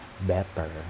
better